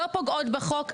לא פוגעות בחוק,